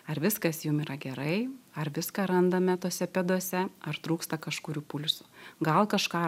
ar viskas jum yra gerai ar viską randame tose pėdose ar trūksta kažkurių pulsų gal kažką